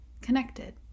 connected